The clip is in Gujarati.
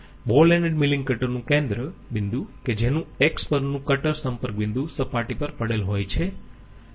બોલ એન્ડેડ મીલીંગ કટર નું કેન્દ્ર બિંદુ કે જેનું X પરનું કટર સંપર્ક બિંદુ સપાટી પર પડેલ હોય છે